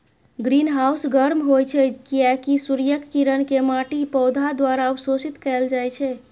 greenhouse गर्म होइ छै, कियैकि सूर्यक किरण कें माटि, पौधा द्वारा अवशोषित कैल जाइ छै